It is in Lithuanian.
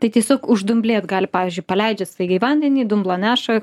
tai tiesiog uždumblėt gali pavyzdžiui paleidžiat staigiai vandenį dumblą neša